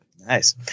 Nice